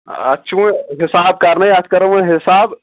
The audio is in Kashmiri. اتھ چھُ وۄنۍ حساب کرنٕے اتھ کرو وۄنۍ حساب